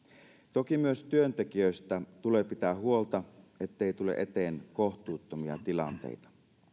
toki myös työntekijöistä tulee pitää huolta ettei tule eteen kohtuuttomia tilanteita